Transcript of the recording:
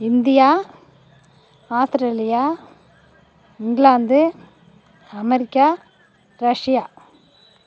India Australia England America Russia